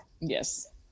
Yes